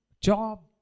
job